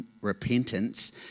repentance